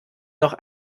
noch